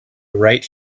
right